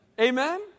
Amen